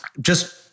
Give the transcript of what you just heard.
just-